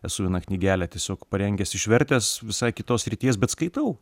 esu vieną knygelę tiesiog parengęs išvertęs visai kitos srities bet skaitau